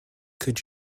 could